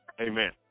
Amen